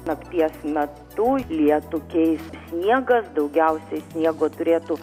nakties metu lietų keis sniegas daugiausiai sniego turėtų